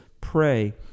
pray